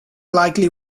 likely